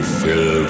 fill